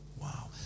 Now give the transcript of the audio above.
Wow